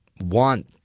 want